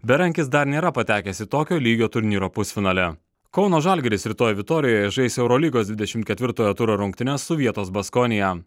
berankis dar nėra patekęs į tokio lygio turnyro pusfinalį kauno žalgiris rytoj vitorijoje žais eurolygos dvidešimt ketvirtojo turo rungtynes su vietos baskonija